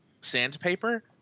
sandpaper